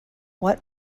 what